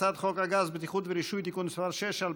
הצעת חוק הגז (בטיחות ורישוי) (תיקון מס' 6),